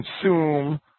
consume